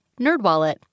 NerdWallet